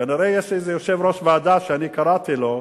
כנראה יש איזה יושב-ראש ועדה שאני קראתי לו,